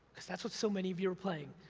cause that's what so many of you are playing,